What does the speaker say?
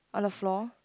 on the floor